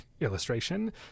illustration